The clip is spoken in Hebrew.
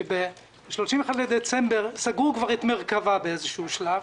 שב-31 בדצמבר סגרו כבר את מרכב"ה באיזשהו שלב,